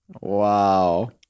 wow